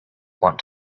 want